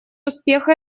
успеха